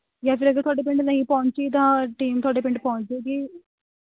ਜਾਂ ਫਿਰ ਅਗਰ ਤੁਹਾਡੇ ਪਿੰਡ ਨਹੀਂ ਪਹੁੰਚੀ ਤਾਂ ਟੀਮ ਤੁਹਾਡੇ ਪਿੰਡ ਪਹੁੰਚ ਜੇਗੀ